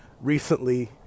recently